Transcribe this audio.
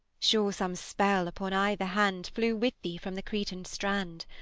sure some spell upon either hand flew with thee from the cretan strand,